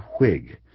whig